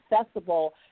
accessible